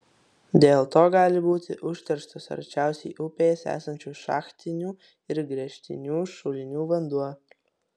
dėl to gali būti užterštas arčiausiai upės esančių šachtinių ir gręžtinių šulinių vanduo